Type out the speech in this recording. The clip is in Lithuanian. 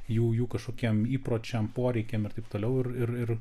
jų jų kažkokiem įpročiam poreikiam ir taip toliau ir ir